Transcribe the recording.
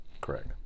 Correct